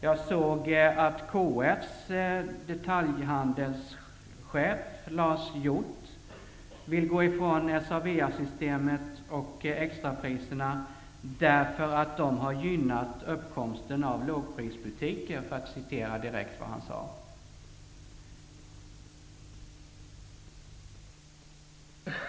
Jag läste att KF:s detaljhandelschef Lars Hjorth vill gå ifrån SA/VA-systemet och extrapriserna, därför att de har gynnat uppkomsten av lågprisbutiker.